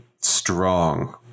strong